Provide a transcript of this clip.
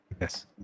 Yes